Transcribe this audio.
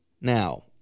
Now